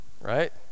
Right